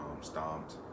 stomped